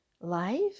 life